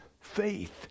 faith